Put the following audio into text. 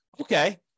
Okay